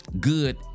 Good